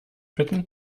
bitten